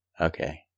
Okay